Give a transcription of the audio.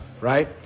right